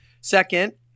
Second